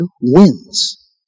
wins